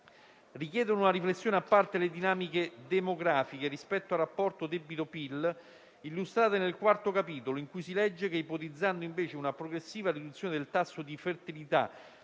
Richiedono una riflessione a parte le dinamiche demografiche rispetto al rapporto debito-PIL, illustrate nel quarto capitolo, in cui si legge che, ipotizzando invece una progressiva riduzione del tasso di fertilità